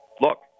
look